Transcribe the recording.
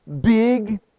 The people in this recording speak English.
big